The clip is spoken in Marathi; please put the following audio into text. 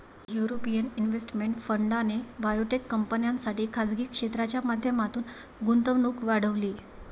युरोपियन इन्व्हेस्टमेंट फंडाने बायोटेक कंपन्यांसाठी खासगी क्षेत्राच्या माध्यमातून गुंतवणूक वाढवली